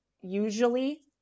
usually